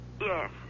Yes